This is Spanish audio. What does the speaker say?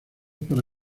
para